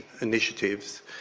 initiatives